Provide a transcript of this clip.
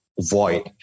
void